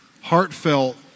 heartfelt